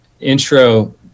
intro